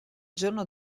giorno